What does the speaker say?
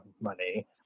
money